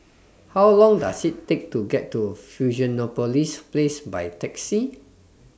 How Long Does IT Take to get to Fusionopolis Place By Taxi